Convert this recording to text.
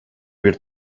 bir